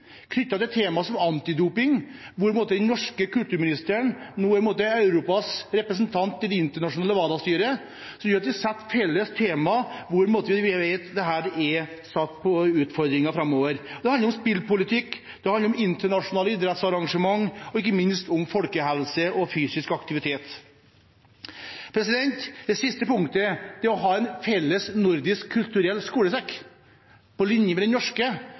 få til et nytt fellesmøte med de nordiske ministrene og de nordiske parlamentarikerne på dette området om temaer som kampfiksing og antidoping – den norske kulturministeren er nå Europas representant i det internasjonale WADA-styret – temaer som er felles utfordringer framover. Det handler om spillpolitikk, om internasjonale idrettsarrangementer, og ikke minst om folkehelse og fysisk aktivitet. Det siste punktet er å ha en felles nordisk kulturell skolesekk, på linje med den norske,